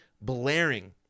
blaring